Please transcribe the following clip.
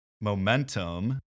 momentum